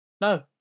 No